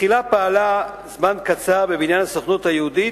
תחילה פעלה זמן קצר בבניין הסוכנות היהודית.